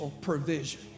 provision